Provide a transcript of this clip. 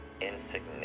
insignificant